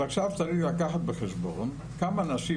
אז עכשיו צריך לקחת בחשבון כמה נשים